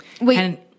Wait